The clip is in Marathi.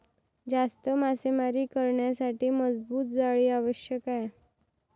जास्त मासेमारी करण्यासाठी मजबूत जाळी आवश्यक आहे